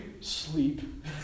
sleep